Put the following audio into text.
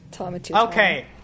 Okay